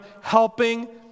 helping